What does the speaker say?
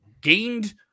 gained